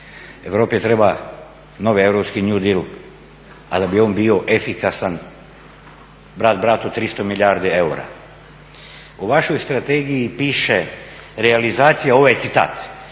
Europi treba novi europski new deal, a da bi on bio efikasan brat bratu 300 milijardi eura. U vašoj strategiji piše ovo je citat